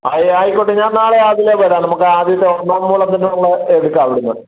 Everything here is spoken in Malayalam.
ആയിക്കോട്ടെ ഞാൻ നാളെ രാവിലെ വരാം നമുക്ക് ആദ്യത്തെ ഒന്നാം വളത്തിനുള്ളത് എടുക്കാം അവിടെ നിന്ന്